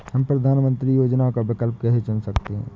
हम प्रधानमंत्री योजनाओं का विकल्प कैसे चुन सकते हैं?